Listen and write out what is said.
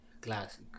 classic